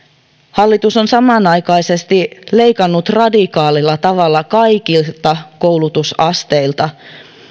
hallitus on samanaikaisesti leikannut radikaalilla tavalla kaikilta koulutusasteilta